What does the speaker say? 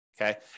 okay